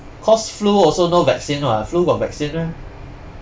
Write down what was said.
cause flu also no vaccine [what] flu got vaccine meh